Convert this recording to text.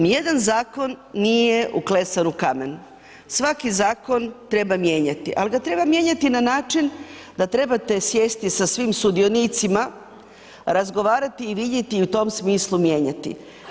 Nijedan zakon nije uklesan u kamen, svaki zakon treba mijenjati, ali ga treba mijenjati na način da trebate sjesti sa svim sudionicima, razgovarati i vidjeti i u tom smislu mijenjati.